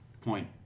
point